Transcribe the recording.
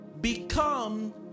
become